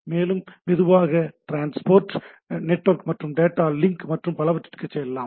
மேலும் மெதுவாக transport network மற்றும் டேட்டா லிங்க் மற்றும் பலவற்றிற்கும் செல்லலாம்